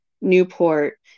Newport